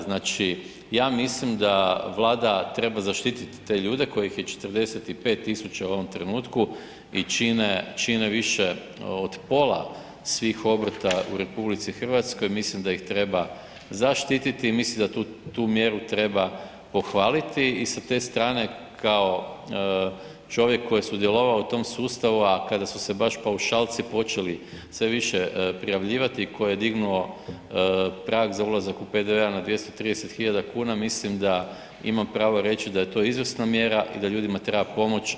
Znači, ja mislim da Vlada treba zaštititi te ljude kojih je 45 000 u ovom trenutku i čine, čine više od pola svih obrta u RH, mislim da ih treba zaštititi, mislim da tu mjeru treba pohvaliti i sa te strane kao čovjek koji je sudjelovao u tom sustavu, a kada su se baš paušalci počeli sve više prijavljivati tko je dignuo prag za ulazak u PDV-a na 230.000,00 kn mislim da imam pravo reći da je to izvrsna mjera i da ljudima treba pomoć, a ne odmoć.